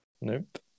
Nope